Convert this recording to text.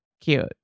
cute